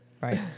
Right